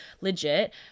legit